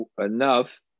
enough